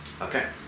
Okay